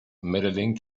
medaling